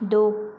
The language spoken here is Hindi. दो